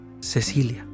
Cecilia